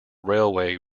railway